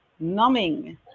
numbing